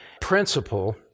principle